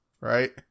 right